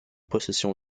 possession